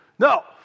no